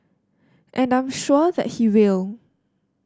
and I'm sure that he will